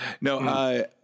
No